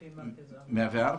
לפי מרכז 'אמאן'.